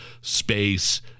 space